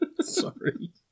Sorry